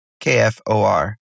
KFOR